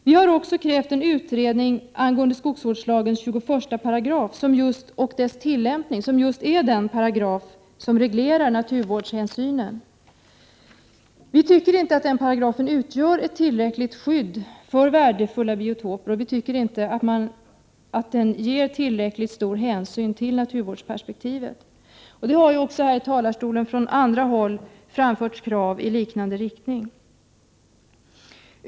Vi har också krävt en utredning angående skogsvårdslagen 21 § och dess tillämpning, som är den paragraf som reglerar naturvårdshänsynen. Vi anser att den paragrafen inte utgör ett tillräckligt skydd för värdefulla biotoper och inte heller tar tillräckligt stor hänsyn till naturvårdsperspektivet. Det har från andra framförts krav här i talarstolen i liknande riktning.